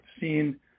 seen